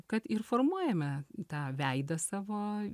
kad ir formuojame tą veidą savo